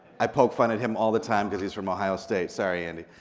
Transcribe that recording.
i poke fun at him all the time cause he's from ohio state. sorry andy.